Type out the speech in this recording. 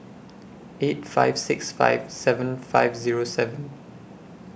eight five six five seven five Zero seven